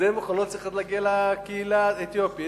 אלה מכונות שצריכות להגיע לקהילה האתיופית,